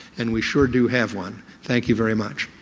and we sure do have one. thank you very much.